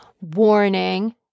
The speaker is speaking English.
Warning